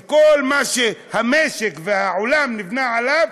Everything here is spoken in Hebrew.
וכל מה שהמשק והעולם נבנו עליהם,